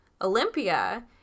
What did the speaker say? Olympia